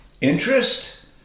interest